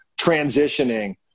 transitioning